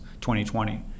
2020